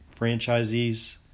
franchisees